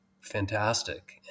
fantastic